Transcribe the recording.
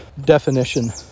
definition